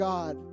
God